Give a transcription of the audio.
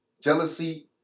jealousy